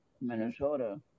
Minnesota